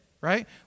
right